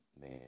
Man